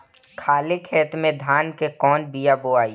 खाले खेत में धान के कौन बीया बोआई?